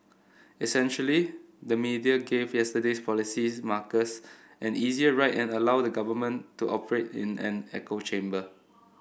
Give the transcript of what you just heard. essentially the media gave yesterday's policies markers an easier ride and allowed the government to operate in an echo chamber